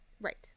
Right